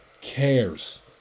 cares